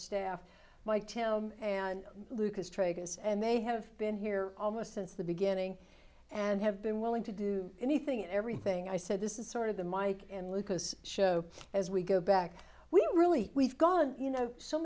traders and they have been here almost since the beginning and have been willing to do anything and everything i said this is sort of the mike and lucas show as we go back we really we've gone you know so